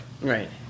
Right